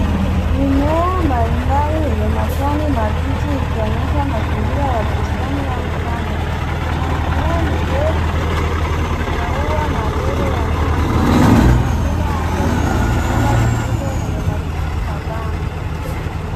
Mimea mbalimbali yenye majani mabichi ikionyesha mazingira ya bustani au shamba. Kuna mimea mirefu yenye maua madogo yanayoanza kuchanua. Nyuma yake kuna migomba mikubwa yenye majani mapana.